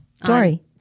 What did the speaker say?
Dory